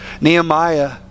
Nehemiah